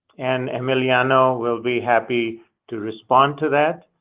and emiliano will be happy to respond to that.